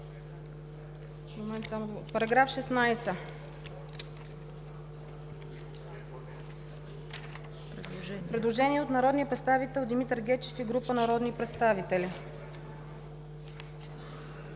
Постъпило е предложение от народния представител Димитър Гечев и група народни представители.